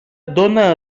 dóna